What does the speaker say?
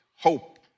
hope